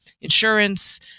insurance